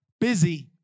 Busy